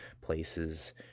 places